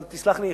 אבל תסלח לי,